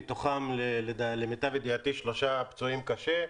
מתוכם למיטב ידיעתי שלושה פצועים קשה.